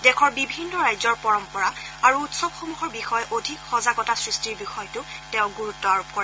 দেশৰ বিভিন্ন ৰাজ্যৰ পৰম্পৰা আৰু উৎসৱসমূহৰ বিষয়ে অধিক সজাগতা সৃষ্টিৰ বিষয়টোত তেওঁ গুৰুত্ব আৰোপ কৰে